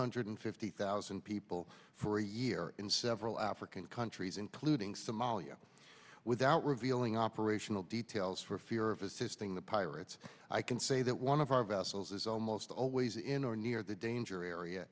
hundred fifty thousand people for a year in several african countries including somalia without revealing operational details for fear of assisting the pirates i can say that one of our vessels is almost always in or near the danger area